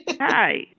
Hi